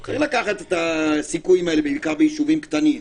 צריך לקחת את הסיכויים האלה בעיקר ביישובים קטנים.